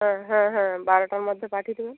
হ্যাঁ হ্যাঁ হ্যাঁ বারোটার মধ্যে পাঠিয়ে দেবেন